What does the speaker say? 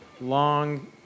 long